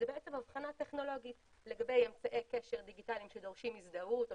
זו אבחנה טכנולוגית לגבי אמצעי קשר דיגיטליים שדורשים הזדהות או